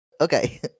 okay